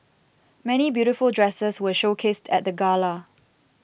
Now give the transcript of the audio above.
many beautiful dresses were showcased at the gala